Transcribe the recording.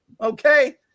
Okay